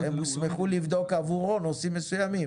הן ישמחו לבדוק עבורו נשואים מסוימים.